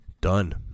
Done